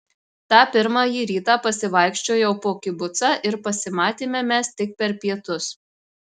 tą pirmąjį rytą pasivaikščiojau po kibucą ir pasimatėme mes tik per pietus